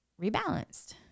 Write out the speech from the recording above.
rebalanced